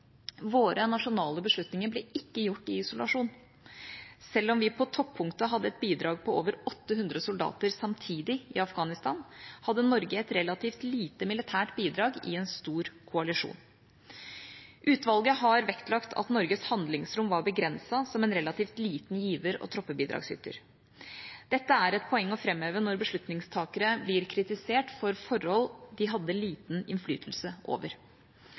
Våre nasjonale beslutninger ble ikke gjort i isolasjon. Selv om vi på toppunktet hadde et bidrag på over 800 soldater samtidig i Afghanistan, hadde Norge et relativt lite militært bidrag i en stor koalisjon. Utvalget har vektlagt at Norges handlingsrom var begrenset, som en relativt liten giver og troppebidragsyter. Dette er det et poeng å framheve når beslutningstakere blir kritisert for forhold de hadde liten innflytelse over.